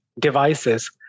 devices